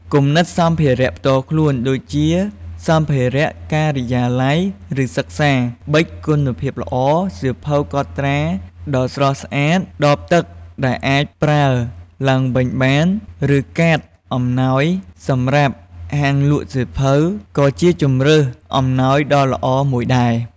គំនិតសម្រាប់សម្ភារៈផ្ទាល់ខ្លួន ដូចជា សម្ភារៈការិយាល័យ ឬសិក្សា ប៊ិចគុណភាពល្អ សៀវភៅកត់ត្រាដ៏ស្រស់ស្អាត ដបទឹកដែលអាចប្រើឡើងវិញបាន ឬកាតអំណោយសម្រាប់ហាងលក់សៀវភៅ ក៏ជាជម្រើសអំណោយដ៏ល្អមួយដែរ។